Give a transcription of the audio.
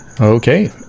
Okay